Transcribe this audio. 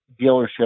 dealership